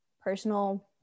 personal